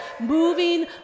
moving